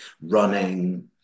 running